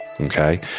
okay